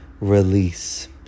release